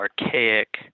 archaic